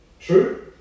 True